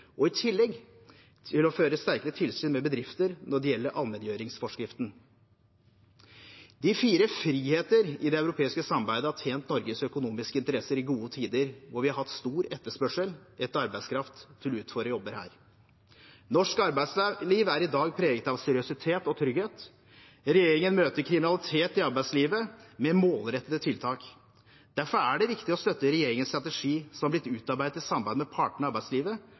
i tillegg til å føre sterkere tilsyn med bedrifter når det gjelder allmenngjøringsforskriften. De fire friheter i det europeiske samarbeidet har tjent Norges økonomiske interesser i gode tider hvor vi har hatt stor etterspørsel etter arbeidskraft til å utføre jobber her. Norsk arbeidsliv er i dag preget av seriøsitet og trygghet. Regjeringen møter kriminalitet i arbeidslivet med målrettede tiltak. Derfor er det viktig å støtte regjeringens strategi, som har blitt utarbeidet i samarbeid med partene i arbeidslivet,